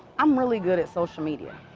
i'm really good at social media.